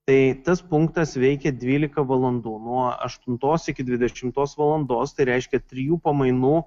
tai tas punktas veikia dvylika valandų nuo aštuntos iki dvidešimtos valandos tai reiškia trijų pamainų